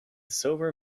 sober